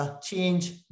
change